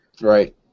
Right